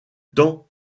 temps